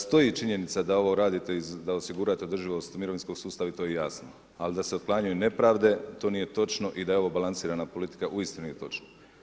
Stoji činjenica da ovo radite da osigurate održivost mirovinskog sustava i to je jasno ali da se otklanjaju nepravde, to nije točno i da je ovo balansirana politika, uistinu je točno.